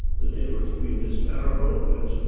the difference between this parable and